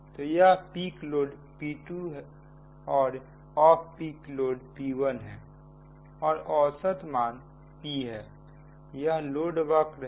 तो यह peak load P2 और ऑफ पीके लोड P1 है और औसत मान P हैयह लोडवक्र है